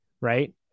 right